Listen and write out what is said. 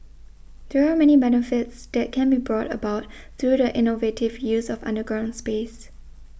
there are many benefits that can be brought about through the innovative use of underground space